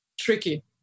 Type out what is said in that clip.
Tricky